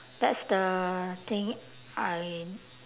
that's the thing I